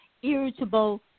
Irritable